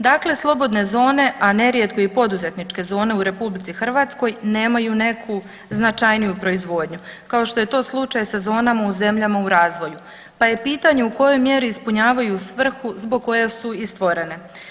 Dakle slobodne zone, a nerijetko i poduzetničke zone u RH nemaju neku značajniju proizvodnju, kao što je to slučaj sa zonama u zemljama u razvoju pa je pitanje u kojoj mjeri ispunjavaju svrhu zbog koje su i stvorene.